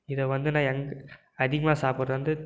இதை வந்து நான் எங் அதிகமாக சாப்படுறது வந்து